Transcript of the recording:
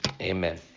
amen